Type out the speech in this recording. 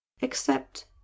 except